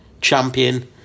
champion